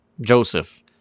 Joseph